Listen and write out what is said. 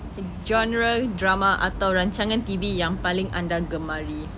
genre drama atau rancangan T_V yang paling anda gemari